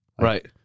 right